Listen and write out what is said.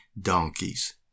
donkeys